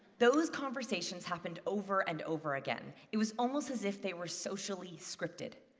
those conversations happened over and over again. it was almost as if they were socially scripted.